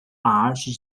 arte